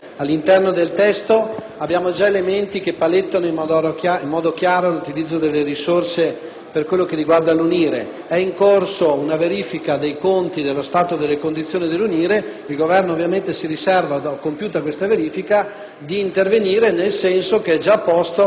per quanto riguarda l'UNIRE. È in corso una verifica dei conti circa le condizioni dell'UNIRE, il Governo chiaramente si riserva, compiuta questa verifica, di intervenire nel senso che è già indicato all'interno del decreto. Ritengo pertanto francamente che la votazione di quest'ordine del giorno sia una votazione